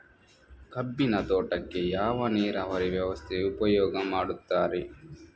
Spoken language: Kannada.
ಕಬ್ಬಿನ ತೋಟಕ್ಕೆ ಯಾವ ನೀರಾವರಿ ವ್ಯವಸ್ಥೆ ಉಪಯೋಗ ಮಾಡುತ್ತಾರೆ?